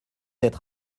être